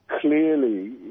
Clearly